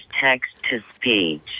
text-to-speech